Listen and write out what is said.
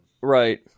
right